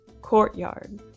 Courtyard